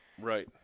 Right